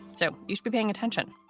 so you'd be paying attention.